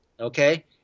Okay